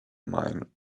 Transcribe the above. mine